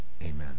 Amen